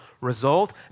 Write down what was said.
result